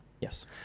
Yes